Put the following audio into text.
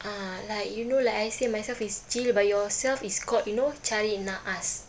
ah like you know like I say myself is chill but yourself is called you know cari nahas